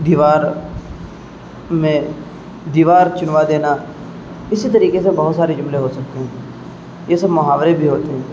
دیوار میں دیوار چنوا دینا اسی طریقے سے بہت سارے جملے ہو سکتے ہیں یہ سب محاورے بھی ہوتے ہیں